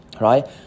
right